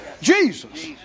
Jesus